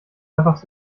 einfach